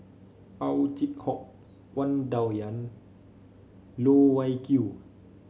Ow Chin Hock Wang Dayuan Loh Wai Kiew